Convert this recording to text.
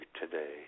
today